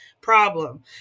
problem